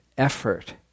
effort